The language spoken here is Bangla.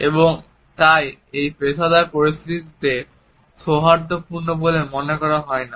এবং তাই এটি পেশাদার পরিস্থিতিতে সৌহার্দ্যপূর্ণ বলে মনে করা হয় না